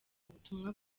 ubutumwa